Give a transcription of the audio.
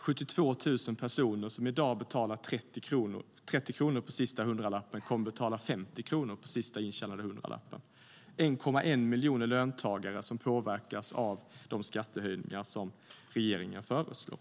72 000 personer som i dag betalar 30 kronor på den sista intjänade hundralappen kommer att betala 50 kronor på den sista intjänade hundralappen. Det är 1,1 miljoner löntagare som påverkas av de skattehöjningar som regeringen föreslår.